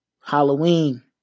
Halloween